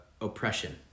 oppression